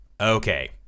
okay